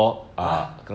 !huh!